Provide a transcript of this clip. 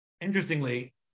Interestingly